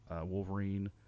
Wolverine